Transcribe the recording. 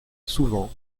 souvent